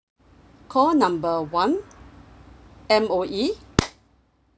call number one M_O_E